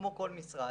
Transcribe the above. כמו כל משרד,